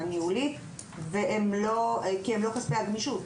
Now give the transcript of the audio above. הניהולית, כי הם לא כספי הגמישות.